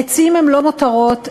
עצים הם לא מותרות,